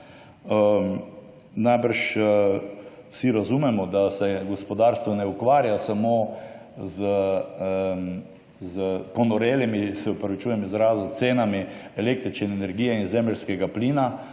Najbrž vsi razumemo, da se gospodarstvo ne ukvarja samo z »ponorelimi«, se opravičujem izrazu, cenami električne energije in zemeljskega plina,